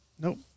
Nope